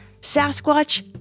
Sasquatch